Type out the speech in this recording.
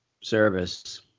service